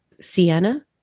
sienna